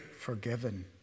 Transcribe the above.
forgiven